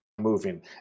moving